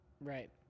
Right